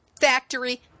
factory